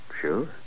Sure